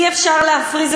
אי-אפשר להפריז,